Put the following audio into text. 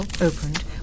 opened